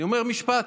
אני אומר משפט: